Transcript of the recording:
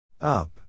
up